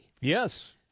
Yes